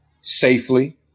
safely